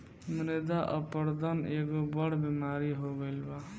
मृदा अपरदन एगो बड़ बेमारी हो गईल बा